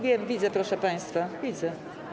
Wiem, widzę, proszę państwa, widzę.